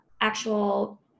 actual